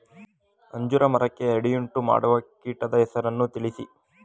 ಅಂಜೂರ ಮರಕ್ಕೆ ಅಡ್ಡಿಯುಂಟುಮಾಡುವ ಕೀಟದ ಹೆಸರನ್ನು ತಿಳಿಸಿ?